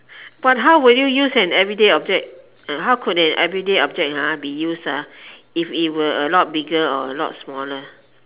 but how would you use an everyday object how could an everyday object be used if it were a lot bigger or a lot smaller